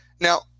Now